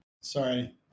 Sorry